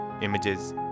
images